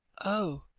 oh!